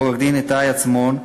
ועורך-דין איתי עצמון.